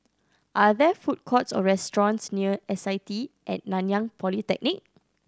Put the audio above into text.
are there food courts or restaurants near S I T At Nanyang Polytechnic